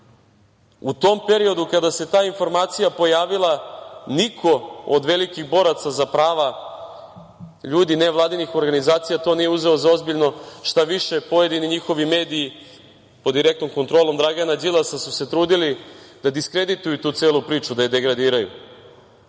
U tom periodu kada se ta informacija pojavila niko od velikih boraca za prava ljudi, nevladinih organizacija nije uzeo za ozbiljno, šta više njihovi pojedini mediji, pod direktnom kontrolom Dragana Đilasa, su se trudili da diskredituju tu celu priču, da je degradiraju. Želeo